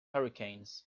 hurricanes